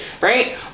right